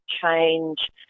change